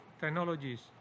technologies